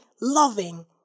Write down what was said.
loving